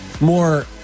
more